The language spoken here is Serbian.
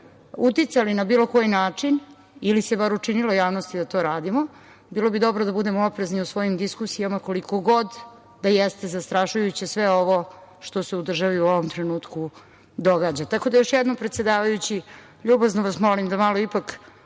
uticali na bilo koji način ili se bar učinilo javnosti da to radimo, bilo bi dobro da budemo oprezni u svojim diskusijama koliko god da jeste zastrašujuće sve ovo što se u državi u ovom trenutku događa. Još jednom, predsedavajući, ljubazno vas molim da malo ipak